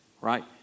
right